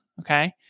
okay